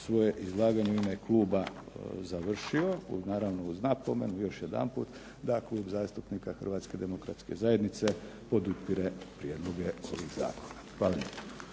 bih izlaganje u ime Kluba završio, naravno uz napomenu još jedanput da Klub zastupnika Hrvatske demokratske zajednice podupire prijedloge ovih Zakona.